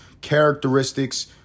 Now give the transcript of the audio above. Characteristics